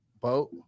boat